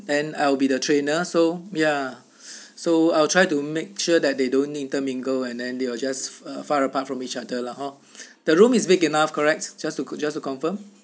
and I will be the trainer so ya so I will try to make sure that they don't intermingle and then they will just are far apart from each other lah hor the room is big enough correct just to just to confirm